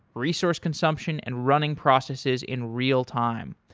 resource consumption and running processes in real time.